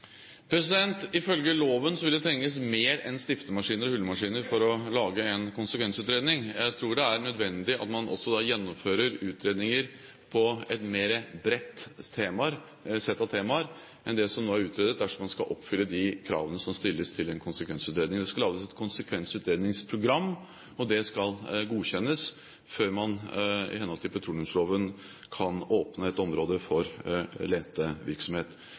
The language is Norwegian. Ifølge loven vil det trenges mer enn stiftemaskiner og hullemaskiner for å lage en konsekvensutredning. Jeg tror det er nødvendig at man også gjennomfører utredninger på et bredere sett av temaer enn det som nå er utredet, dersom man skal oppfylle de kravene som stilles til en konsekvensutredning. Det skal lages et konsekvensutredningsprogram, og det skal godkjennes før man i henhold til petroleumsloven kan åpne et område for